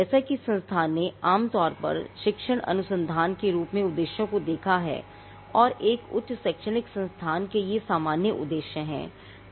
जैसा कि संस्थान ने आमतौर पर शिक्षण और अनुसंधान के रूप में उद्देश्यों को देखा है और एक उच्च शैक्षणिक संस्थान के ये सामान्य उद्देश्य हैं